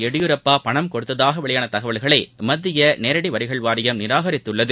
எடியூரப்பா பணம் கொடுத்ததாக வெளியான தகவல்களை மத்திய நேரடி வரிவாரியம் நிராகரித்துள்ளது